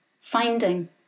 finding